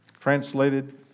Translated